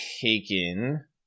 taken